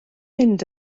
mynd